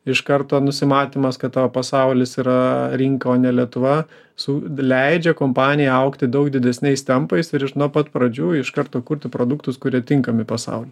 iš karto nusimanymas kad tavo pasaulis yra rinka o ne lietuva su leidžia kompanijai augti daug didesniais tempais ir iš nuo pat pradžių iš karto kurti produktus kurie tinkami pasauliui